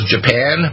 Japan